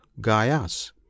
gayas